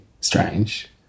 strange